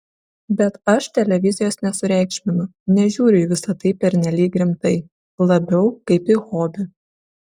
bet aš televizijos nesureikšminu nežiūriu į visa tai pernelyg rimtai labiau kaip į hobį